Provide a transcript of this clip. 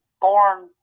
born